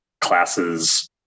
classes